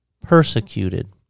persecuted